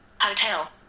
hotel